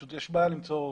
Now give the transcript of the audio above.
יש בעיה למצוא.